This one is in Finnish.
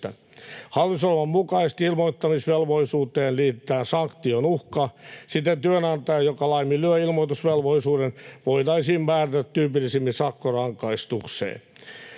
Hallitusohjelman mukaisesti ilmoittamisvelvollisuuteen liitetään sanktion uhka. Siten työnantaja, joka laiminlyö ilmoitusvelvollisuuden, voitaisiin määrätä tyypillisimmin sakkorangaistukseen.